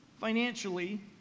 financially